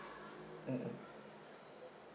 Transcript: mm mm